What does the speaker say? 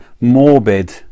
morbid